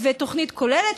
תוכנית כוללת,